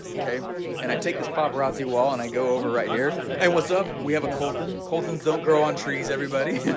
okay and i take this paparazzi wall and i go over right here. and what's up, we have a coulton, coultons don't grow on trees everybody.